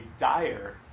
dire